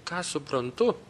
ką suprantu